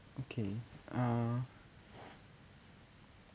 okay uh